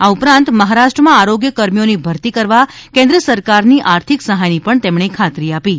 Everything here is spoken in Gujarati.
આ ઉપરાંત મહારાષ્ટ્રમાં આરોગ્યકર્મીઓની ભરતી કરવા કેન્દ્ર સરકારની આર્થિક સહાયની પણ તેમણે ખાતરી આપી હતી